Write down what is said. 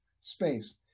space